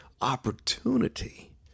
Opportunity